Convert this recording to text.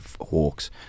Hawks